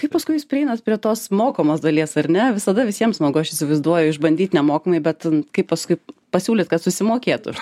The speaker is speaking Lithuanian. kaip paskui jūs prieinat prie tos mokamos dalies ar ne visada visiem smagu aš įsivaizduoju išbandyt nemokamai bet kaip paskui pasiūlyt kad susimokėtų